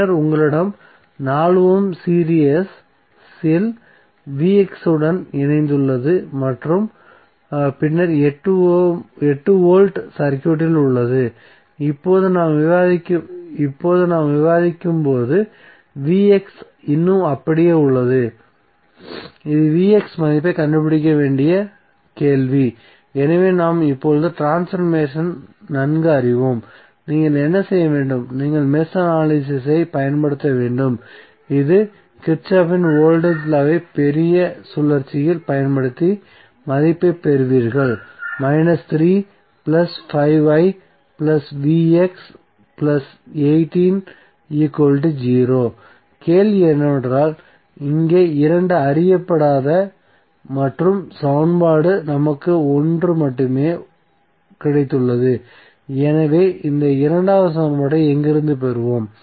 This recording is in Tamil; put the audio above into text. பின்னர் உங்களிடம் 4 ஓம் சீரிஸ் இல் விஎக்ஸ் உடன் இணைந்துள்ளது மற்றும் பின்னர் 18 வோல்ட் சர்க்யூட்டில் உள்ளது இப்போது நாம் விவாதிக்கும்போது விஎக்ஸ் இன்னும் அப்படியே உள்ளதுஇது விஎக்ஸ் மதிப்பைக் கண்டுபிடிக்க வேண்டிய கேள்வி எனவே நாம் இப்போது ட்ரான்ஸ்பர்மேசன் நன்கு அறிவோம் நீங்கள் என்ன செய்ய வேண்டும் நீங்கள் மெஷ் அனலிசிஸ் ஐ பயன்படுத்த வேண்டும் மேலும் கிர்ச்சோஃப்பின் வோல்டேஜ் லாவை பெரிய சுழற்சியில் பயன்படுத்தி மதிப்பை பெறுவீர்கள் கேள்வி என்னவென்றால் இங்கே இரண்டு அறியப்படாத மற்றும் சமன்பாடு நமக்கு ஒன்று மட்டுமே கிடைத்துள்ளது எனவே இந்த இரண்டாவது சமன்பாட்டை எங்கிருந்து பெறுவோம்